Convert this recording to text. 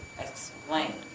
explain